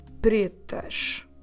Pretas